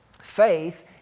Faith